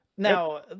Now